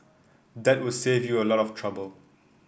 that would save you a lot of trouble